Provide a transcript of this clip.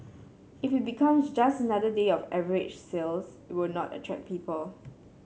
if it becomes just another day of average sales it will not attract people